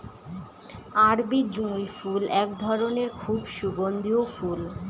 আরবি জুঁই ফুল এক ধরনের খুব সুগন্ধিও ফুল